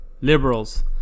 Liberals